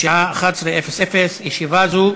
בשעה 11:00.